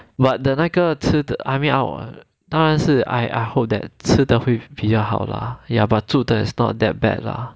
but the 那个吃的 I mean our 当然是 I hope that 吃的会比较好 lah ya but 住的 it's not that bad lah